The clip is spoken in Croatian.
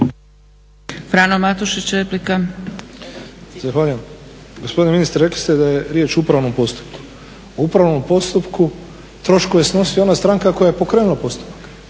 Frano (HDZ)** Zahvaljujem. Gospodine ministre, rekli ste da je riječ o upravnom postupku. A u upravnom postupku troškove snosi ona stranka koja je pokrenula postupak.